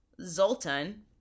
Zoltan